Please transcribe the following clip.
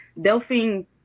Delphine